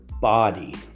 body